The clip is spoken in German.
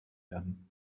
werden